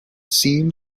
seemed